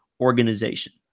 organization